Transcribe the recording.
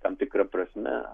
tam tikra prasme